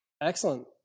excellent